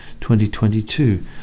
2022